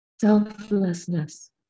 selflessness